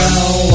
Now